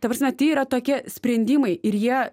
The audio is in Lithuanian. ta prasme tai yra tokie sprendimai ir jie